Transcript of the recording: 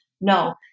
No